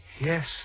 Yes